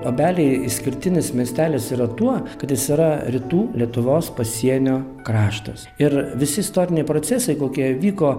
obeliai išskirtinis miestelis yra tuo kad jis yra rytų lietuvos pasienio kraštas ir visi istoriniai procesai kokie vyko